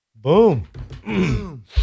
Boom